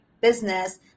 business